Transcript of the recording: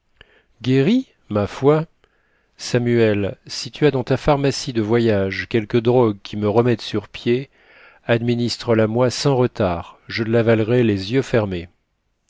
guéri ma foi samuel si tu as dans ta pharmacie de voyage quelque drogue qui me remette sur pied administre la moi sans retard je l'avalerai les yeux fermés